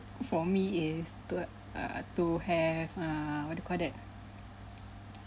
for me is to err to have err what do you call that